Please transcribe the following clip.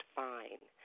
fine